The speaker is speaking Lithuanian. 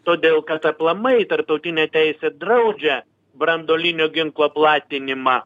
todėl kad aplamai tarptautinė teisė draudžia branduolinio ginklo platinimą